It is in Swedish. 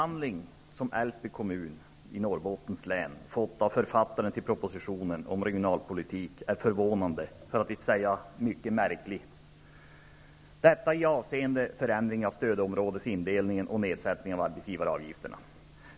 Norrbottens län har fått av författaren till propositionen om regionalpolitik är förvånande, för att inte säga mycket märklig, avseende förändringen av stödområdesindelningen och nedsättningen av arbetsgivaravgifterna.